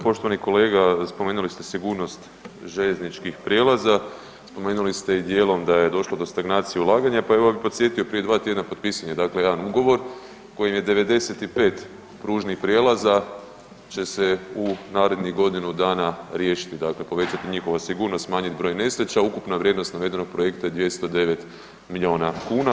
Evo poštovani kolega spomenuli ste sigurnost željezničkih prijelaza, spomenuli ste i dijelom da je došlo do stagnacije ulaganja pa evo ja bih podsjetio prije dva tjedna potpisan je jedan ugovor kojim je 95 pružnih prijelaza će se u narednih godinu dana riješiti, dakle povećati njihova sigurnost, smanjiti broj nesreća, ukupna vrijednost navedenog projekta je 209 milijuna kuna.